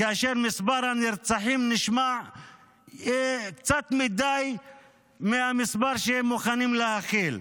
כאשר מספר הנרצחים נשמע קצת יותר מדי מהמספר שהם מוכנים להכיל.